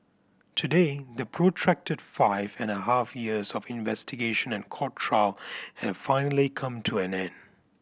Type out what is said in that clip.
today the protracted five and a half years of investigation and court trial have finally come to an end